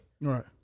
Right